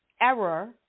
Error